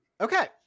Okay